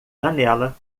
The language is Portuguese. janela